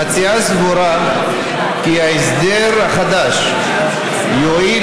המציעה סבורה כי ההסדר החדש יועיל